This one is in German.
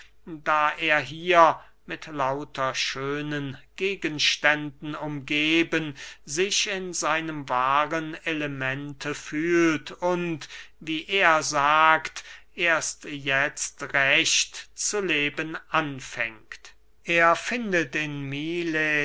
da er hier mit lauter schönen gegenständen umgeben sich in seinem wahren elemente fühlt und wie er sagt erst jetzt recht zu leben anfängt er findet in milet